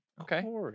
Okay